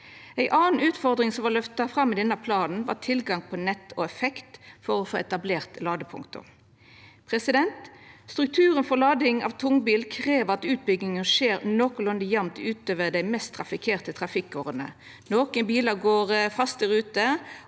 Ei anna utfordring som vart løfta fram i denne planen, var tilgang på nett og effekt for å få etablert ladepunkta. Strukturen for lading av tungbil krev at utbygginga skjer nokolunde jamt utover dei mest trafikkerte trafikkårene. Nokre bilar går faste ruter,